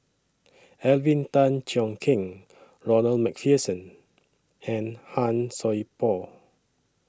Alvin Tan Cheong Kheng Ronald MacPherson and Han Sai Por